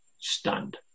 stunned